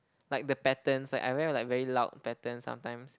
like the patterns like I wear like very loud patterns sometimes